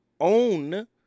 own